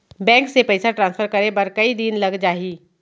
Bank से पइसा transfer करे बर कई दिन लग जाही?